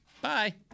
Bye